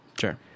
Sure